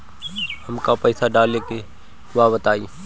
हमका पइसा डाले के बा बताई